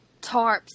tarps